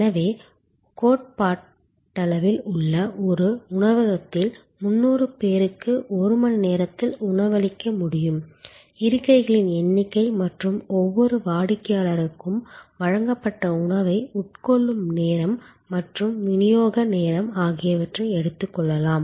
எனவே கோட்பாட்டளவில் ஒரு உணவகத்தில் 300 பேருக்கு ஒரு மணி நேரத்தில் உணவளிக்க முடியும் இருக்கைகளின் எண்ணிக்கை மற்றும் ஒவ்வொரு வாடிக்கையாளருக்கும் வழங்கப்பட்ட உணவை உட்கொள்ளும் நேரம் மற்றும் விநியோக நேரம் ஆகியவற்றை எடுத்துக் கொள்ளலாம்